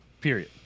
period